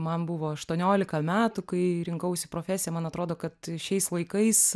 man buvo aštuoniolika metų kai rinkausi profesiją man atrodo kad šiais laikais